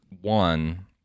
one